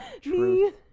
Truth